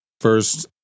First